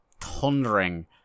thundering